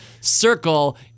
circle